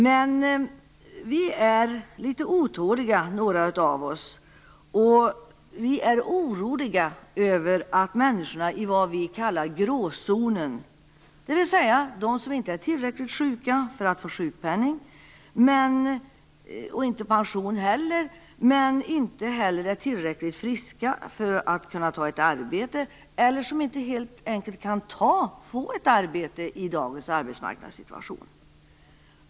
Men några av oss är litet otåliga, och vi är oroliga för de människor som är i "gråzonen", dvs. de som inte är tillräckligt sjuka för att få sjukpenning eller pension men inte heller är tillräckligt friska för att kunna ta ett arbete eller helt enkelt inte kan få ett arbete i dagens arbetsmarknadssituation.